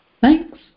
Thanks